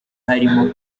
harimo